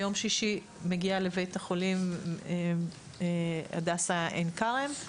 מגיעה לבית החולים הדסה עין כרם ביום שישי,